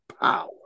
power